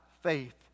faith